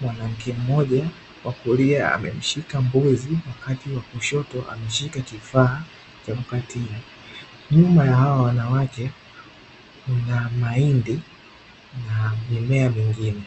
Mwanamke mmoja wa kulia amemshika mbuzi wakati wa kushoto ameshika kifaa cha kukatia. Nyuma ya hawa wanawake, kuna mahindi na mimea mingine.